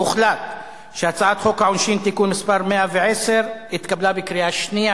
הוחלט שהצעת חוק העונשין (תיקון מס' 110) התקבלה בקריאה שנייה.